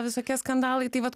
visokie skandalai tai vat